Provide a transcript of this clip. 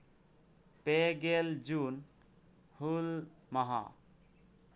ᱯᱮ ᱜᱮᱞ ᱡᱩᱱ ᱦᱩᱞ ᱢᱟᱦᱟ